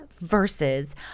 verses